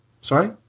Sorry